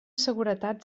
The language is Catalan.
seguretat